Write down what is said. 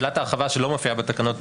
רק לשאלת ההרחבה שלא מופיעה בתקנות,